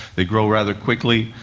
they grow rather quickly,